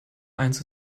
eins